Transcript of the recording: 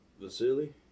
Vasily